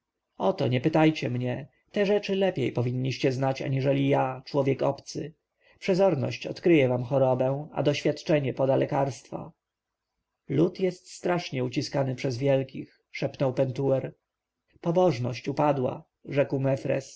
o to nie pytajcie mnie te rzeczy lepiej powinniście znać aniżeli ja człowiek obcy przezorność odkryje wam chorobę a doświadczenie poda lekarstwa lud jest strasznie uciskany przez wielkich szepnął pentuer pobożność upadła rzekł